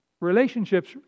Relationships